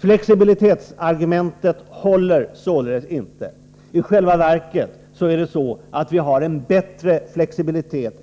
Flexibilitetsargumentet håller således inte. I själva verket får vi en ökad flexibilitet